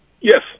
Yes